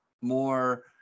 more